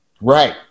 Right